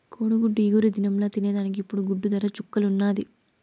కోడిగుడ్డు ఇగురు దినంల తినేదానికి ఇప్పుడు గుడ్డు దర చుక్కల్లున్నాది